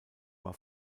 war